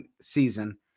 season